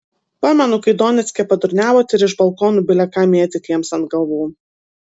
pamenu kai donecke padurniavot ir iš balkonų bile ką mėtėt jiems ant galvų